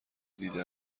دیده